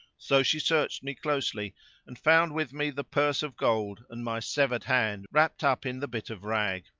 so she searched me closely and found with me the purse of gold and my severed hand wrapped up in the bit of rag.